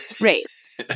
race